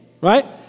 right